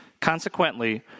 Consequently